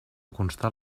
constar